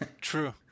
True